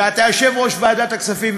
ואתה יושב-ראש ועדת הכספים,